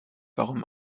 warum